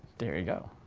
there you go,